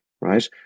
right